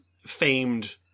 famed